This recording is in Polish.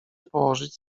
położyć